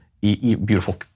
beautiful